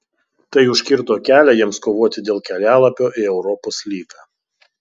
tai užkirto kelią jiems kovoti dėl kelialapio į europos lygą